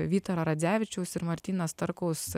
vytaro radzevičiaus ir martyno starkus